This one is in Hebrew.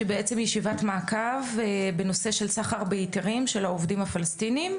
שבעצם היא ישיבת מעקב בנושא של סחר בהיתרים של העובדים הפלסטינים,